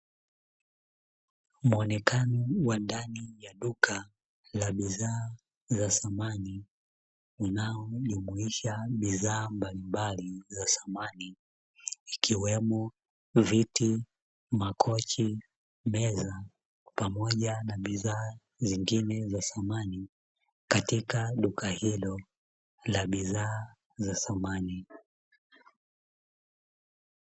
Muonekano wa ndani ya duka la bidhaa za samani unaojumuisha bidhaa mbalimbali za samani, ikiwemo: viti, makochi, meza pamoja na bidhaa nyingine za samani; katika duka hilo la bidhaa za samani.